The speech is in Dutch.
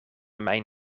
mijn